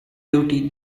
duty